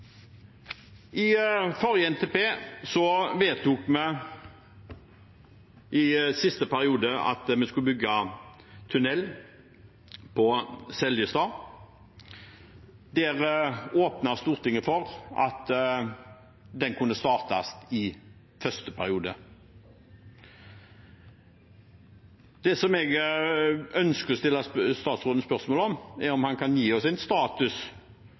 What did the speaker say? I forrige NTP vedtok vi i siste periode at vi skulle bygge tunnel ved Seljestad. Der åpnet Stortinget for at den kunne startes i første periode. Det jeg ønsker å stille statsråden spørsmål om, er om han kan gi oss en status